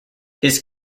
his